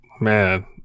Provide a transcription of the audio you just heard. Man